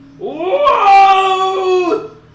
WHOA